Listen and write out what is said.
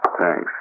Thanks